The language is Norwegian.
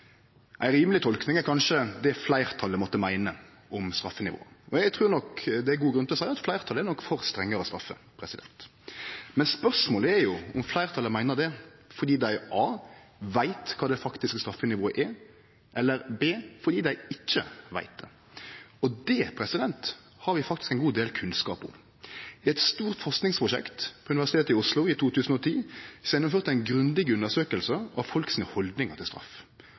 Ei rimeleg tolking er kanskje det fleirtalet måtte meine om straffenivået. Eg trur nok det er god grunn til å seie at fleirtalet er for strengare straffer. Men spørsmålet er om fleirtalet meiner det fordi dei a) veit kva det faktiske straffenivået er, eller b) fordi dei ikkje veit det. Og det har vi faktisk ein god del kunnskap om. Det var eit stort forskingsprosjekt på Universitetet i Oslo i 2010 som gjennomførte ei grundig undersøking av folk sine haldningar til straff.